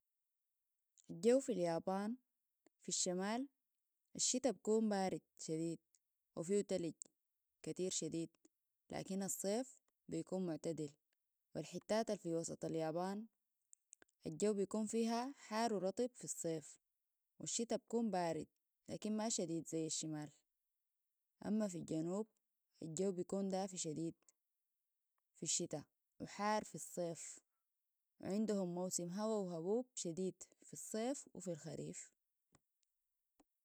الجو في اليابان في الشمال الشتاء بكون بارد شديد وفيه تلج كتير شديد لكن الصيف بيكون معتدل والحتات الفي وسط اليابان الجو بيكون فيها حار ورطب في الصيف والشتاء بيكون بارد لكن ما شديد زي الشمال